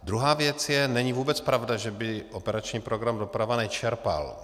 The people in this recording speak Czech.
Druhá věc je, není vůbec pravda, že by operační program Doprava nečerpal.